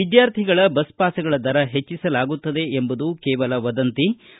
ವಿದ್ಯಾರ್ಥಿಗಳ ಬಸ್ ಪಾಸ್ಗಳ ದರ ಹೆಚ್ಚಿಸಲಾಗುತ್ತದೆ ಎಂಬುದು ಕೇವಲ ವದಂತಿಯಷ್ಷೇ